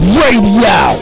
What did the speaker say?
radio